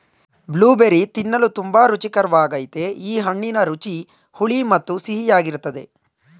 blueberry ತಿನ್ನಲು ತುಂಬಾ ರುಚಿಕರ್ವಾಗಯ್ತೆ ಈ ಹಣ್ಣಿನ ರುಚಿ ಹುಳಿ ಮತ್ತು ಸಿಹಿಯಾಗಿರ್ತದೆ